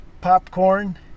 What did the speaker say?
popcorn